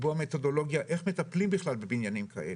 לקבוע מתודולוגיה איך מטפלים בכלל בבניינים כאלה.